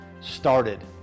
started